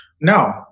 No